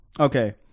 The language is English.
Okay